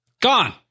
Gone